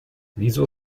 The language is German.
wieso